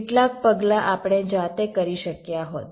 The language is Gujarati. કેટલાક પગલાં આપણે જાતે કરી શક્યા હોત